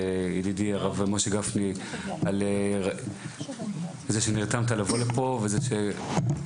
ידידי הרב משה גפני על זה שנרתמת לבוא לפה וזה שהגעת.